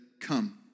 come